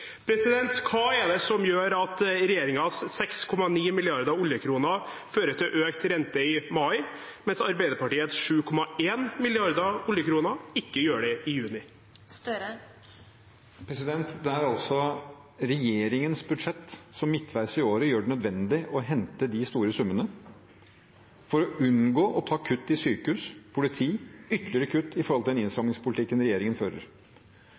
Hva er det som gjør at regjeringens 6,9 milliarder oljekroner fører til økt rente i mai, mens Arbeiderpartiets 7,1 milliarder oljekroner ikke gjør det i juni? Regjeringens budsjett midtveis i året gjør det nødvendig å hente de store summene for å unngå å ta kutt i sykehus og politi og ytterligere kutt når det gjelder den innstrammingspolitikken regjeringen fører.